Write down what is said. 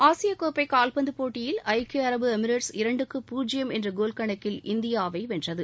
ஆசிய கோப்பை கால்பந்து போட்டியில் ஐக்கிய அரபு எமிரேட்ஸ் இரண்டுக்கு பூஜ்யம் என்ற கோல் கணக்கில் இந்தியாவை வென்றது